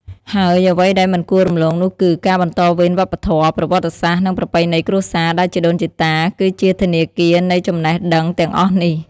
ហើយអ្វីដែលមិនគួររំលងនោះគឺ ការបន្តវេនវប្បធម៌ ប្រវត្តិសាស្រ្ត និងប្រពៃណីគ្រួសារ ដែលជីដូនជីតា គឺជាធនាគារនៃចំណេះដឹងទាំងអស់នេះ។